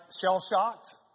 shell-shocked